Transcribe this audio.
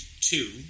two